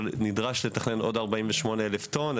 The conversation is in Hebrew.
אבל נדרש לתכנן עוד 48 אלף טון.